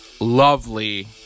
lovely